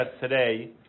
today